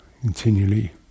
continually